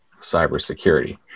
cybersecurity